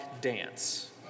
dance